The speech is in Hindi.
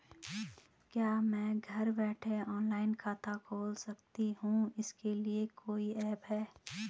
क्या मैं घर बैठे ऑनलाइन खाता खोल सकती हूँ इसके लिए कोई ऐप है?